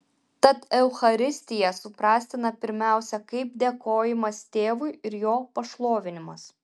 tad eucharistija suprastina pirmiausia kaip dėkojimas tėvui ir jo pašlovinimas